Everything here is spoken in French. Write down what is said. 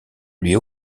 lui